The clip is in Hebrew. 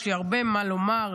יש לי הרבה מה לומר,